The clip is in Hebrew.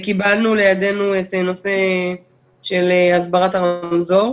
קיבלנו לידינו את הנושא של הסברת הרמזור,